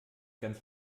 ganz